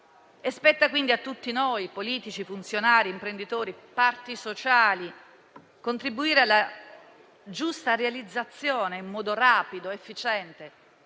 spetta quindi a tutti noi - politici, funzionari, imprenditori e parti sociali - contribuire alla sua giusta realizzazione, in modo rapido ed efficiente.